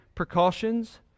precautions